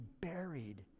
buried